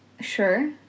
Sure